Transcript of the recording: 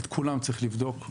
את כולם צריך לבדוק.